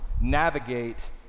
navigate